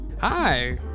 Hi